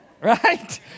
right